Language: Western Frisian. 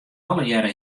allegearre